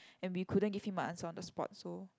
and we couldn't give him a answer on the spot so